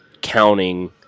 counting